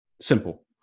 Simple